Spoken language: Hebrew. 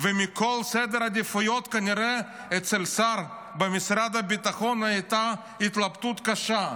ומכל סדר העדיפויות כנראה אצל השר במשרד הביטחון הייתה התלבטות קשה: